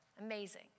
Amazing